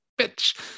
bitch